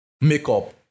makeup